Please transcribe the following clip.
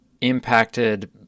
impacted